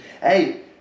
Hey